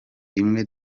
rimwe